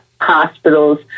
hospitals